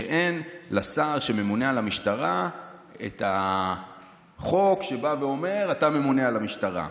אין לשר שממונה על המשטרה את החוק שבא ואומר: אתה ממונה על המשטרה.